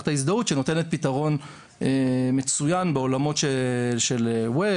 ההזדהות שנותנת פתרון מצוין בעולמות של אינטרנט,